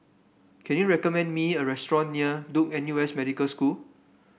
can you recommend me a restaurant near Duke N U S Medical School